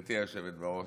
גברתי היושבת בראש,